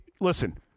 listen